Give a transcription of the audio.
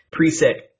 preset